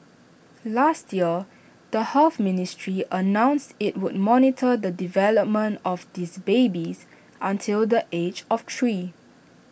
last year the health ministry announced IT would monitor the development of these babies until the age of three